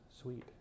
sweet